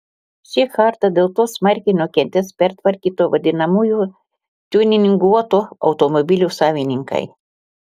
šį kartą dėl to smarkiai nukentės pertvarkytų vadinamųjų tiuninguotų automobilių savininkai